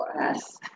yes